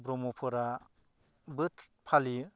ब्रह्मफोराबो फालियो